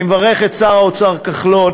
אני מברך את שר האוצר כחלון